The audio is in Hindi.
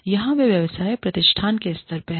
यहाँयह व्यवसाय प्रतिष्ठान के स्तर पर है